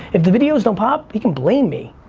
if the videos don't pop he can blame me.